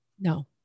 No